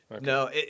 No